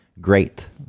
great